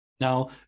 now